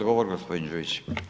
Odgovor gospodin Đujić.